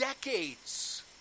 decades